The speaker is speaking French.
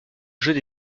jeux